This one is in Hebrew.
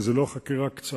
כי זאת לא חקירה קצרה,